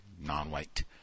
non-white